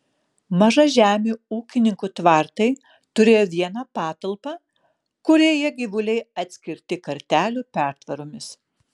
mažažemių ūkininkų tvartai turėjo vieną patalpą kurioje gyvuliai atskirti kartelių pertvaromis